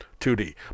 2D